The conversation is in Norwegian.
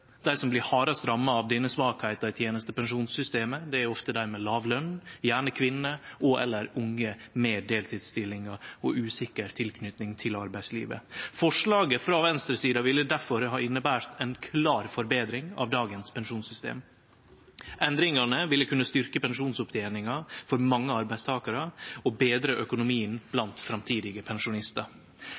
Dei som blir hardast ramma av denne svakheita i tenestepensjonssystemet, er ofte dei med låg løn, gjerne kvinner og/eller unge med deltidsstillingar og usikker tilknyting til arbeidslivet. Forslaget frå venstresida ville difor ha innebore ei klar forbetring av dagens pensjonssystem. Endringane ville kunne styrkje pensjonsoppteninga for mange arbeidstakarar og betra økonomien blant framtidige pensjonistar.